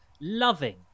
loving